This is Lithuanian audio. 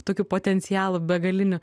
tokiu potencialu begaliniu